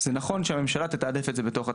זה נכון שהממשלה תתעדף את זה בתוך התקציב.